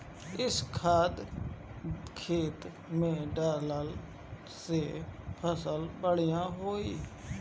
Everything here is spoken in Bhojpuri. इ खाद खेत में डालला से फसल बढ़िया होई